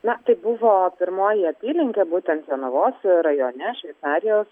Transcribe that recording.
na tai buvo pirmoji apylinkė būtent jonavos rajone šveicarijos